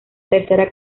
tercera